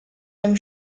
dem